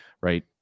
right